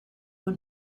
when